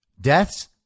Deaths